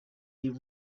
even